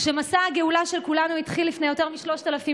כשמסע הגאולה של כולנו התחיל לפני יותר משלושת אלפים